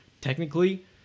technically